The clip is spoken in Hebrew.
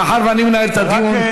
מאחר שאני מנהל את הדיון,